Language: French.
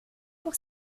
pour